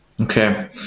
okay